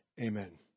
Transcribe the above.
Amen